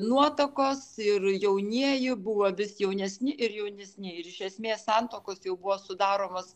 nuotakos ir jaunieji buvo vis jaunesni ir jaunesni ir iš esmės santuokos jau buvo sudaromos